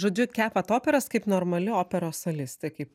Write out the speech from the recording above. žodžiu kepat operas kaip normali operos solistė kaip